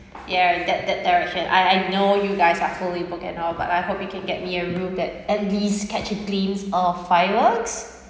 ya that that direction I I know you guys are fully booked and all but I hope you can get me a room that at least catch a glimpse of fireworks